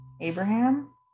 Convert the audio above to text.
abraham